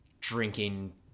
drinking